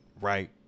right